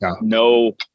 no